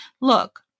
Look